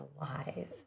alive